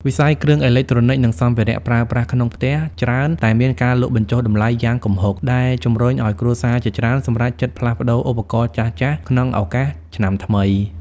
វិស័យគ្រឿងអេឡិចត្រូនិក និងសម្ភារៈប្រើប្រាស់ក្នុងផ្ទះច្រើនតែមានការលក់បញ្ចុះតម្លៃយ៉ាងគំហុក ដែលជំរុញឱ្យគ្រួសារជាច្រើនសម្រេចចិត្តផ្លាស់ប្តូរឧបករណ៍ចាស់ៗក្នុងឱកាសឆ្នាំថ្មី។